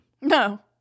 No